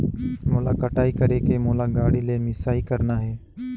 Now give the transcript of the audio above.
मोला कटाई करेके मोला गाड़ी ले मिसाई करना हे?